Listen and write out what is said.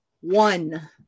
one